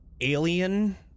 alien